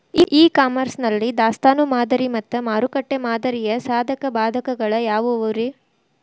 E commerce ನಲ್ಲಿ ದಾಸ್ತಾನು ಮಾದರಿ ಮತ್ತ ಮಾರುಕಟ್ಟೆ ಮಾದರಿಯ ಸಾಧಕ ಬಾಧಕಗಳ ಯಾವವುರೇ?